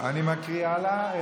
אני מקריא הלאה?